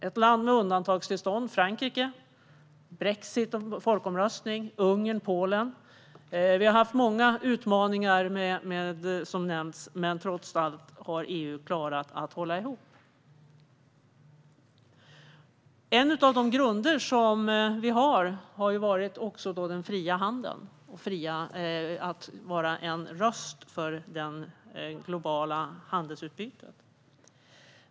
Ett land med undantagstillstånd, Frankrike, folkomröstningen om brexit, Ungern, Polen - många utmaningar har nämnts, men trots allt har EU klarat att hålla ihop. En av våra grunder har också varit den fria handeln. Vi är en röst för det globala handelsutbytet.